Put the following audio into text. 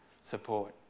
support